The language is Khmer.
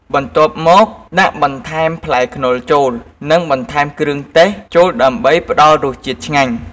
បន្ទាប់មកដាក់បន្ថែមផ្លែខ្នុរចូល និង បន្ថែមគ្រឿងទេសចូលដើម្បីផ្តល់រសជាតិឆ្ងាញ់។